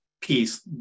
piece